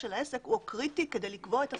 העסק הוא קריטי כדי לקבוע את הסיווג,